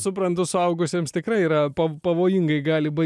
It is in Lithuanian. suprantu suaugusiems tikrai yra pav pavojingai gali baig